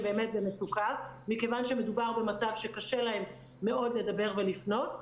באמת במצוקה מכיוון שמדובר במצב שקשה להם מאוד לדבר ולפנות,